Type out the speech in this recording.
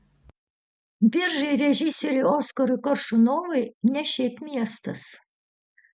biržai režisieriui oskarui koršunovui ne šiaip miestas